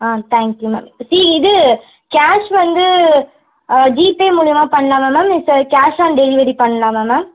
ah thank you ma'am சி இது cash வந்து ஜிபே மூலியமாக பண்ணலாமா மேம் இப்போ கேஷ் ஆன் டெலிவரி பண்ணலாமா மேம்